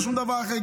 לא שום דבר אחר.